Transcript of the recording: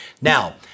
Now